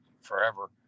forever